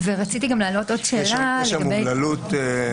יש שם אומללות.